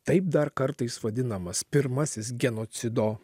taip dar kartais vadinamas pirmasis genocido